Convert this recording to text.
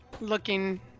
looking